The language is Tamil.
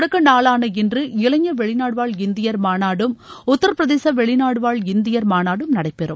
தொடக்க நாளான இன்று இளைஞர் வெளிநாடு வாழ் இந்தியர் மாநாடும் உத்தர பிரதேச வெளிநாடு வாழ் இந்தியா மாநாடும் நடைபெறும்